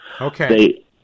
Okay